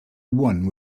one